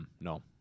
no